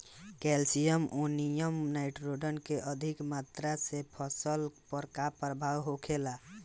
Calcium ammonium nitrate के अधिक मात्रा से फसल पर का प्रभाव होखेला?